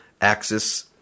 Axis